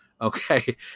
Okay